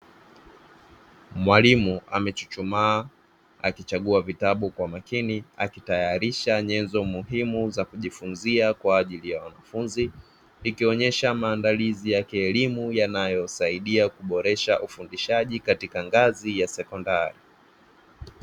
Mwalimu amechuchumaa akichagua vitabu kwa umakini, akitayarisha nyenzo muhimu za kujifnzia kwa ajili ya wanafunzi, ikionyesha maandalizi ya kielimu yanayosaidia kuboresha ufundishaji katika ngazi ya sekondari.